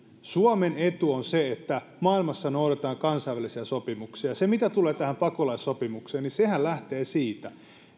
suomen etu on se että maailmassa noudatetaan kansainvälisiä sopimuksia mitä tulee tähän pakolaissopimukseen niin sehän lähtee siitä